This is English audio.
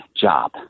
job